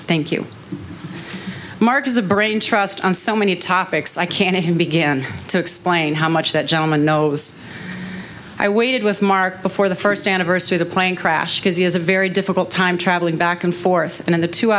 you mark as a brain trust on so many topics i can't even begin to explain how much that gentleman knows i waited with mark before the first anniversary the plane crash because he has a very difficult time traveling back and forth and in the two